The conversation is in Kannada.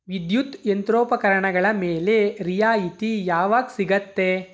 ವಿದ್ಯುತ್ ಯಂತ್ರೋಪಕರಣಗಳ ಮೇಲೆ ರಿಯಾಯಿತಿ ಯಾವಾಗ ಸಿಗತ್ತೆ